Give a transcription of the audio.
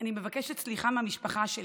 אני מבקשת סליחה מהמשפחה שלי,